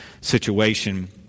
situation